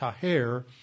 taher